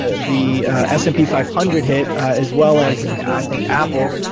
ah the s and p five hundred hit as well as, i think, apple,